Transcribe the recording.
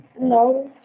No